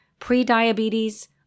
prediabetes